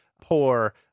poor